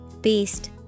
Beast